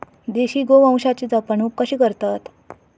देशी गोवंशाची जपणूक कशी करतत?